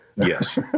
Yes